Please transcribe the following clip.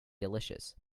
delicious